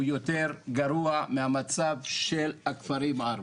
יותר גרוע מהמצב של הכפרים הערביים.